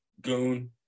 goon